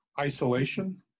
isolation